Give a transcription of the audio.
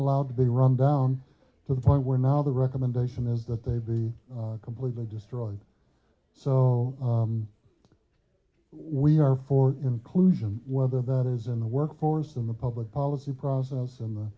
allowed to be run down to the point where now the recommendation is that they be completely destroyed so we are for inclusion whether that is in the work force in the public policy process in the